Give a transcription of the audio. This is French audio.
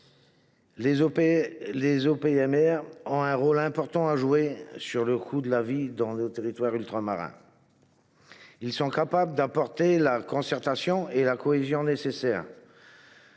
Les OPMR ont un rôle important à jouer sur le coût de la vie dans les territoires ultramarins. Ils sont capables d’apporter la concertation et la cohésion nécessaires.